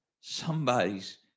somebody's